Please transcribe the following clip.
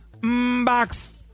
box